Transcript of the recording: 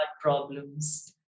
problems